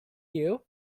you